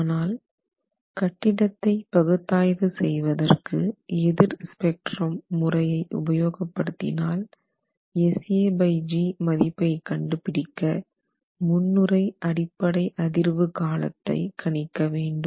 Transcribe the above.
ஆனால் கட்டிடத்தை பகுத்தாய்வு செய்வதற்கு எதிர் ஸ்பெக்ட்ரம் முறையை உபயோகப்படுத்தினால் Sag மதிப்பை கண்டு பிடிக்க முன்னுரை அடிப்படை அதிர்வு காலத்தை கணிக்க வேண்டும்